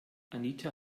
anita